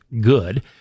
Good